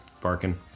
barking